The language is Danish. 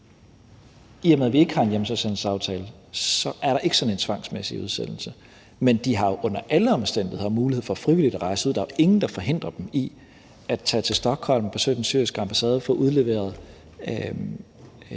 I og med vi ikke har en hjemsendelsesaftale, er der ikke sådan en tvangsmæssig udsendelse. Men de har jo under alle omstændigheder mulighed for frivilligt at rejse ud. Der er ingen, der forhindrer dem i at tage til Stockholm, besøge den syriske ambassade, få udleveret